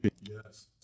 Yes